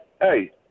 Hey